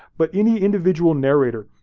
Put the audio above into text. but any individual narrator,